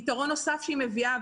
יתרון נוסף שהיא מביאה,